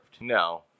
No